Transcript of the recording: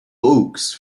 oaks